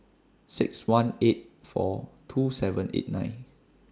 six one eight four two seven eight nine